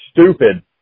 stupid